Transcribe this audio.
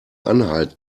anhalt